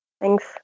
Thanks